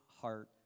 heart